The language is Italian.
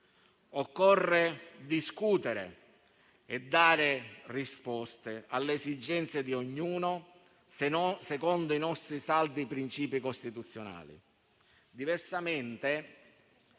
Occorre discutere e dare risposte alle esigenze di ognuno, secondo i nostri saldi principi costituzionali.